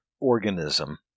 organism